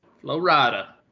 florida